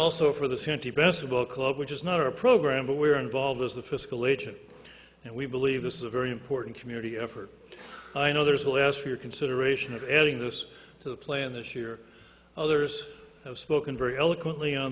also for the best book club which is not our program but we are involved as the fiscal agent and we believe this is a very important community effort i know there is will ask for your consideration of adding this to the plan this year others have spoken very eloquently on